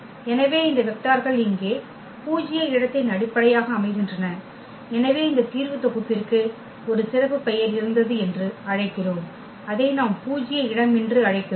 எனவே இந்த வெக்டார்கள் இங்கே பூஜ்ய இடத்தின் அடிப்படையாக அமைகின்றன எனவே இந்த தீர்வுத் தொகுப்பிற்கு ஒரு சிறப்பு பெயர் இருந்தது என்று அழைக்கிறோம் அதை நாம் பூஜ்ய இடம் என்று அழைக்கிறோம்